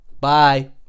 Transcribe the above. Bye